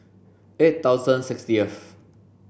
eight thousand sixteenth